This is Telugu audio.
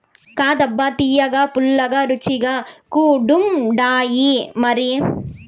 కాదబ్బా తియ్యగా, పుల్లగా, రుచిగా కూడుండాయిమరి